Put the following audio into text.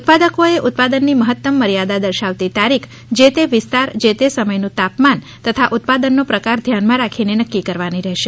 ઉત્પાદકોએ ઉત્પાદનની મહત્તમ મર્યાદા દર્શાવાતી તારીખ જે તે વિસ્તાર જે તે સમયનું તાપમાન તથા ઉત્પાદનનો પ્રકાર ધ્યાનમાં રાખીને નક્કી કરવાની રહેશે